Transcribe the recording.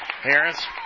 Harris